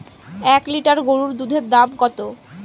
এক লিটার গরুর দুধের দাম কত?